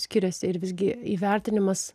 skiriasi ir visgi įvertinimas